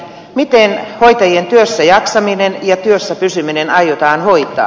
miten hoitajien työssäjaksaminen ja työssäpysyminen aiotaan hoitaa